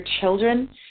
children